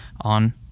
on